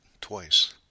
twice